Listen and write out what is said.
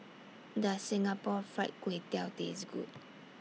Does Singapore Fried Kway Tiao Taste Good